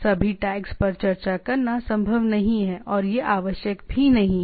सभी टैग्स पर चर्चा करना संभव नहीं है और यह आवश्यक भी नहीं है